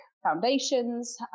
foundations